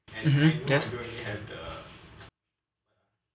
mmhmm yes